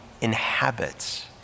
inhabits